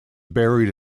buried